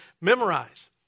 memorize